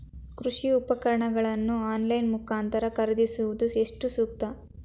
ಕೃಷಿ ಉಪಕರಣಗಳನ್ನು ಆನ್ಲೈನ್ ಮುಖಾಂತರ ಖರೀದಿಸುವುದು ಎಷ್ಟು ಸೂಕ್ತ?